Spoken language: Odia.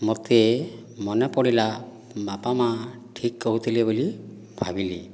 ମୋତେ ମନେ ପଡ଼ିଲା ବାପା ମା' ଠିକ୍ କହୁଥିଲେ ବୋଲି ଭାବିଲି